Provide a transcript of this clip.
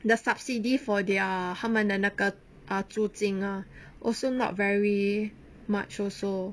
the subsidy for their 他们的那个 ah 租金 ah also not very much also